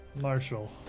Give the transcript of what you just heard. Marshall